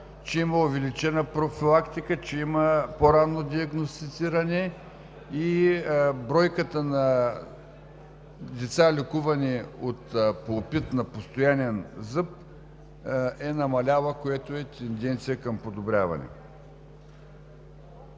че има увеличена профилактика, че има по-ранно диагностициране, и бройката на лица, лекувани от пулпит на постоянен зъб, е намаляла, което е тенденция към подобряване.